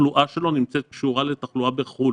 התחלואה שלו נמצאת קשורה לתחלואה בחו"ל,